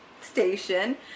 station